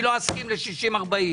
לא אסכים ל-60-40.